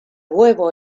huevo